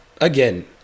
Again